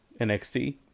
NXT